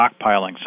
stockpiling